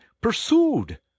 pursued